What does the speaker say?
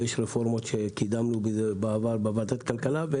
יש רפורמות שקידמנו בעבר בוועדת הכלכלה,